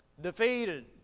defeated